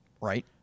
right